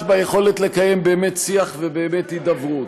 ביכולת לקיים באמת שיח ובאמת הידברות.